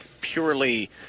purely